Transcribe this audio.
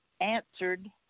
answered